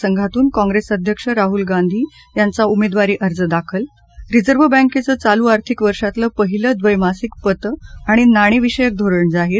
संघातून काँग्रेस अध्यक्ष राहुल गांधी यांचा उमेदवारी अर्ज दाखल रिजर्व बॅंकेचं चालू आर्थिक वर्षातलं पहिलं द्वैमासिक पतं आणि नाणेविषयक धोरण जाहीर